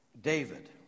David